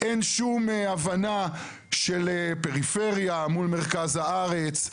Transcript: אין שום הבנה של פריפריה מול מרכז הארץ,